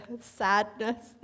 sadness